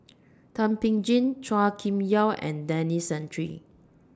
Thum Ping Tjin Chua Kim Yeow and Denis Santry